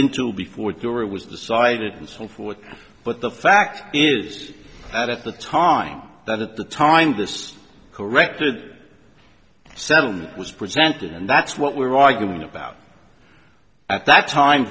into before your it was decided and so forth but the fact is that at the time that at the time this corrected seven was presented and that's what we were arguing about at that time